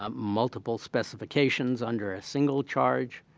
um multiple specifications under a single charge,